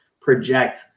project